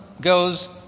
goes